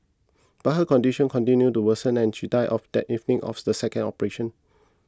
but her condition continued to worsen and she died of that evening of the second operation